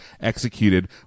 executed